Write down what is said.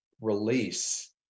Release